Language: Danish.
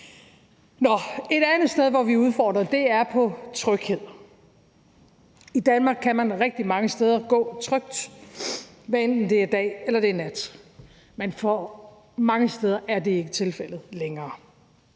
Et andet sted, hvor vi er udfordret, er i forhold til tryghed. I Danmark kan man rigtig mange steder gå trygt, hvad enten det er dag eller nat. Men for mange steder er det ikke tilfældet længere.